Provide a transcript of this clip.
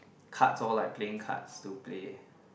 cards lor like playing cards to play